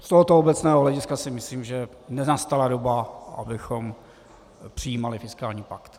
Z tohoto obecného hlediska si myslím, že nenastala doba, abychom přijímali fiskální pakt.